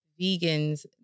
vegans